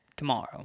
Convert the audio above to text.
tomorrow